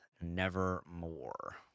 Nevermore